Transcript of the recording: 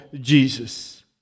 Jesus